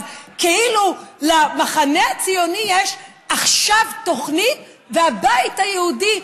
כאילו למחנה הציוני יש עכשיו תוכנית והבית היהודי,